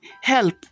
help